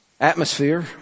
Atmosphere